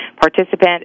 participant